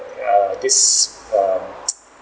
ya this um